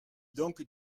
donc